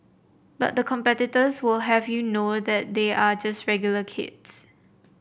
but the competitors will have you know that they are just regular kids